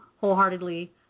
wholeheartedly